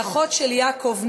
שאחות של יעקב,